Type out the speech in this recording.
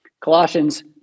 Colossians